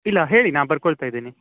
ಇಲ್ಲ ಹೇಳಿ ನಾ ಬರ್ಕೊಳ್ತಾ ಇದ್ದೀನಿ